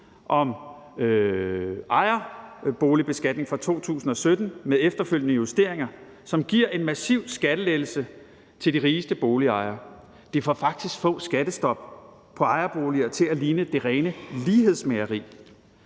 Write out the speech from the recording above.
om ejerboligbeskatning fra 2017 med efterfølgende justeringer, som giver en massiv skattelettelse til de rigeste boligejere. Det får faktisk Foghs skattestop på ejerboliger til at ligne det rene lighedsmageri.